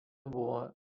buvo